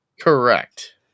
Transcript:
correct